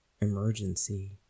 emergency